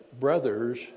brothers